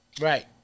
right